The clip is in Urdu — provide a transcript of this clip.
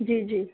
جی جی